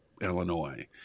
Illinois